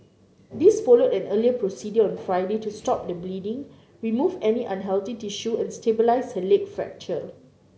this followed an earlier procedure on Friday to stop the bleeding remove any unhealthy tissue and stabilise her leg fracture